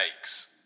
takes